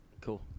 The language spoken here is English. Cool